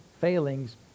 failings